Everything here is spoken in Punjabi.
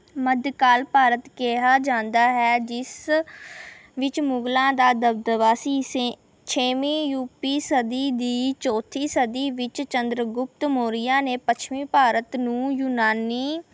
ਮੱਧਕਾਲ ਭਾਰਤ ਕਿਹਾ ਜਾਂਦਾ ਹੈ ਜਿਸ ਵਿੱਚ ਮੁਗਲਾਂ ਦਾ ਦਬਦਬਾ ਸੀ ਛੇ ਛੇਵੀਂ ਯੂਪੀ ਸਦੀ ਦੀ ਚੌਥੀ ਸਦੀ ਵਿੱਚ ਚੰਦਰਗੁਪਤ ਮੋਰੀਆ ਨੇ ਪੱਛਮੀ ਭਾਰਤ ਨੂੰ ਯੂਨਾਨੀ